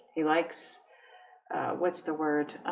he likes what's the word?